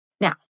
Now